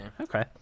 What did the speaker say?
Okay